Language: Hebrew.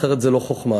אחרת זאת לא חוכמה.